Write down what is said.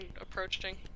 approaching